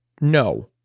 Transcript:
no